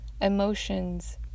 emotions